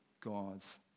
God's